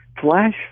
flash